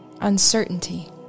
uncertainty